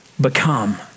become